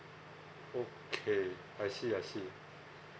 okay I see I see